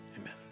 amen